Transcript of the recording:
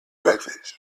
breakfast